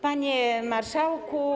Panie Marszałku!